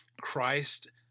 Christ